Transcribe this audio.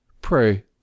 pray